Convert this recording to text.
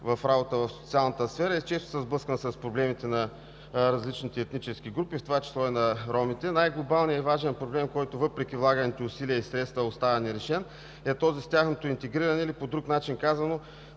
в работата в социалната сфера и често се сблъсквам с проблемите на различните етнически групи, в това число и на ромите. Най-глобалният и важен проблем, който, въпреки влаганите усилия и средства, остава нерешен, е този с тяхното интегриране или по друг начин казано